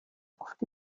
oft